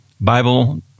Bible